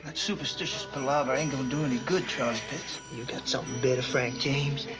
superstitious palaver ain't going to do any good, charley pitts. you got something better, frank james?